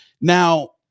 now